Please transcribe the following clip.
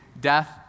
death